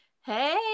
Hey